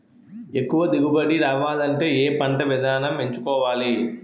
ఎక్కువ దిగుబడి రావాలంటే ఏ పంట విధానం ఎంచుకోవాలి?